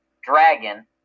dragon